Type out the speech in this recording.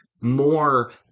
more